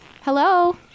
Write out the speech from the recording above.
Hello